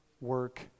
work